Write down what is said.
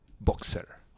Boxer